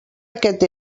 aquest